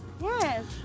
Yes